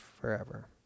forever